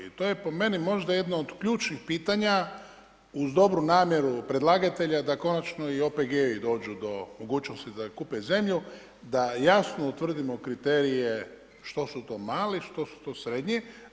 I to je po meni možda jedno od ključnih pitanja uz dobru namjeru predlagatelja da konačno i OPG-ovi dođu do mogućnosti da kupe zemlju, da jasno utvrdimo kriterije što su to mali, što su to srednji.